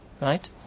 Right